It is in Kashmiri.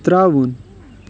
ترٛاوُن